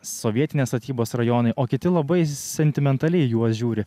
sovietinės statybos rajonai o kiti labai sentimentaliai į juos žiūri